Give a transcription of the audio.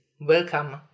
Welcome